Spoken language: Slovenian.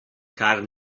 kar